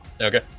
Okay